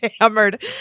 hammered